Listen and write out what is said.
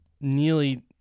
nearly